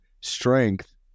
strength